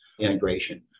integration